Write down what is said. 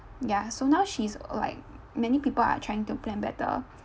ya so now she's uh like many people are trying to plan better